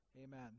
Amen